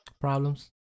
problems